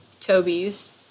Toby's